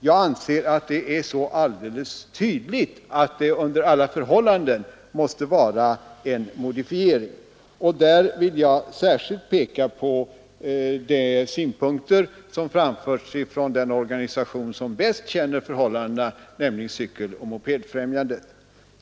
Jag anser att det är alldeles tydligt att det under alla förhållanden måste bli en modifiering. Jag vill särskilt peka på de synpunkter som framförts från den organisation som bäst känner förhållandena, nämligen Cykeloch mopedfrämjandet.